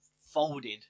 folded